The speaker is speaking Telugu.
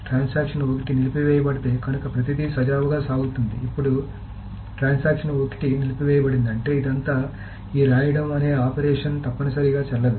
ట్రాన్సాక్షన్ ఒకటి నిలిపి వేయబడితే కనుక ప్రతిదీ సజావుగా సాగుతుంది ఇప్పుడు ట్రాన్సాక్షన్ ఒకటి నిలిపివేయబడింది అంటే ఇదంతా ఈ రాయడం అనే ఆపరేషన్ తప్పనిసరిగా చెల్లదు